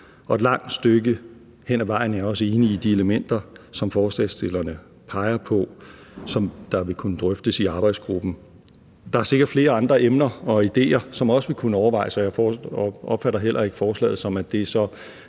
Et langt stykke hen ad vejen er jeg også enig i de elementer, som forslagsstillerne peger på, og som vil kunne drøftes i arbejdsgruppen. Der er sikkert flere andre emner og ideer, som også vil kunne overvejes, og jeg opfatter heller ikke forslaget sådan, at det er de